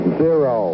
zero